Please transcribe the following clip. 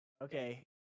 Okay